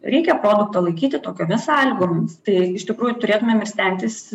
reikia produktą laikyti tokiomis sąlygomis tai iš tikrųjų turėtumėme stengtis